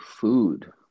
food